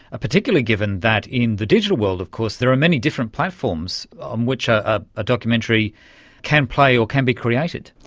ah particularly given that in the digital world of course there are many different platforms on which a a documentary can play or can be created.